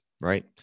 right